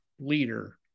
leader